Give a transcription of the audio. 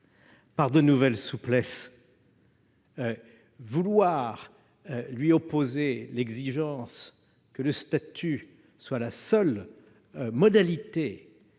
par de nouvelles souplesses, vouloir leur opposer l'exigence que le statut soit la seule modalité